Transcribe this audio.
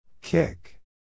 Kick